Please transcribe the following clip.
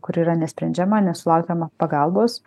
kuri yra nesprendžiama nesulaukiama pagalbos